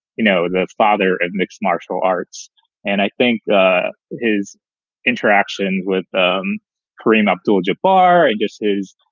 you know, that father of mixed martial arts and i think is interaction with um kareem abdul jabbar. and this is